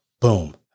Boom